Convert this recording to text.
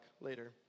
later